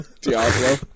Diablo